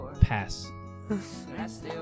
Pass